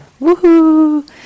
woohoo